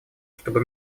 чтобы